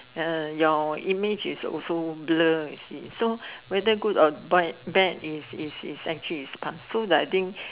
uh your image is also blur you see so whether good or bad bad is is is actually is past so like I think